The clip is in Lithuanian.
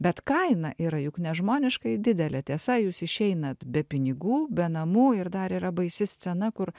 bet kaina yra juk nežmoniškai didelė tiesa jūs išeinat be pinigų be namų ir dar yra baisi scena kur